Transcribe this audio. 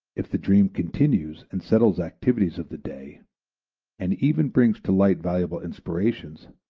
if the dream continues and settles activities of the day and even brings to light valuable inspirations,